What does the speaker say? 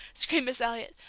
screamed miss elliot.